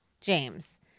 James